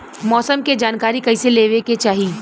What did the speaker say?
मौसम के जानकारी कईसे लेवे के चाही?